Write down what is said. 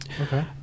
Okay